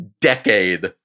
decade